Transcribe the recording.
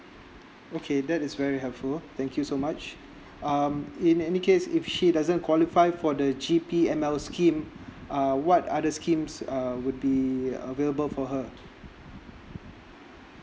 okay that is very helpful thank you so much um in any case if she doesn't qualify for the G_P_M_L scheme uh what other schemes uh would be available for her